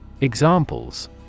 Examples